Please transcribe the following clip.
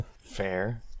Fair